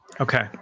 Okay